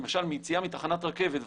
למשל ביציאה בתחנת רכבת,